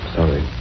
Sorry